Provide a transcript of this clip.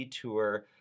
tour